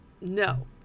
no